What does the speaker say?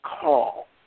call